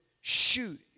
shoot